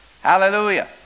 Hallelujah